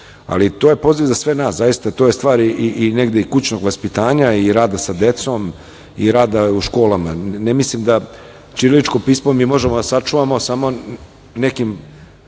ali to je poziv za sve nas. To je stvar negde i kućnog vaspitanja i rada sa decom i rada u školama. Ne mislim da ćiriličko pismo mi možemo da sačuvamo samo nekim